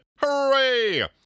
Hooray